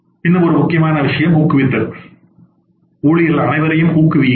இன்னும் ஒரு முக்கியமான அம்சம் ஊக்குவித்தல் ஊழியர்கள் அனைவரையும் ஊக்குவியுங்கள்